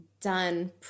done